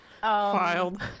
filed